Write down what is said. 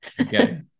okay